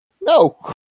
No